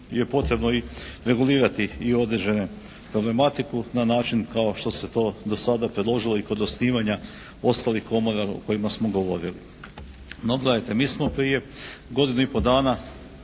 je potrebno i regulirati i određenu problematiku na način kao što se to do sada predložilo i kod osnivanja ostalih komora o kojima smo govorili. No gledajte, mi smo prije godinu i pol dana